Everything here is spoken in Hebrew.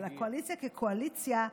אבל הקואליציה כקואליציה,